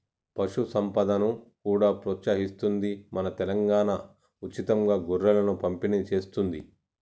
పశు సంపదను కూడా ప్రోత్సహిస్తుంది మన తెలంగాణా, ఉచితంగా గొర్రెలను పంపిణి చేస్తుంది